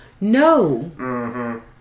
No